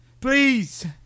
Please